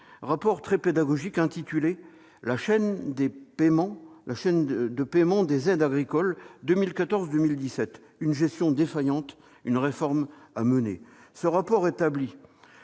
10 octobre dernier, intitulé « La chaîne de paiement des aides agricoles (2014-2017) : une gestion défaillante, une réforme à mener »,